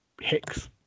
Hicks